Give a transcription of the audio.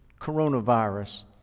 coronavirus